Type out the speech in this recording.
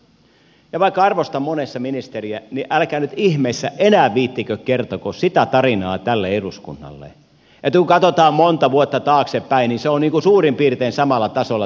ja vaikka arvostan monessa ministeriä niin älkää nyt ihmeessä enää viitsikö kertoa tälle eduskunnalle sitä tarinaa että kun katsotaan monta vuotta taaksepäin niin tämä kivihiilen käyttö on niin kuin suurin piirtein samalla tasolla